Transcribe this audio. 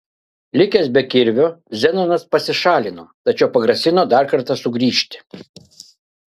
likęs be kirvio zenonas pasišalino tačiau pagrasino dar kartą sugrįžti